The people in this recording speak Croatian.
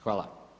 Hvala.